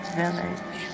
village